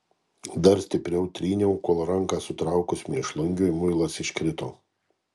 dar stipriau tryniau kol ranką sutraukus mėšlungiui muilas iškrito